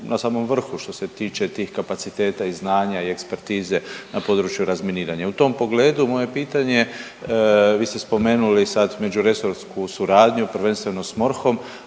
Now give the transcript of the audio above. na samom vrhu što se tiče tih kapaciteta i znanja i ekspertize na području razminiranja. U tom pogledu moje pitanje je, vi ste spomenuli sad međuresorsku suradnju prvenstveno s MORH-om.